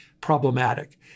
problematic